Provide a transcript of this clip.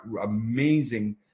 amazing